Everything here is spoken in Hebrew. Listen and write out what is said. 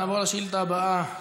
נעבור לשאילתה הבאה,